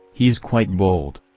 he's quite bold.